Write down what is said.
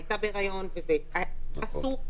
זה אסור.